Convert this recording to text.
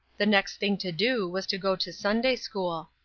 the next thing to do was to go to sunday-school.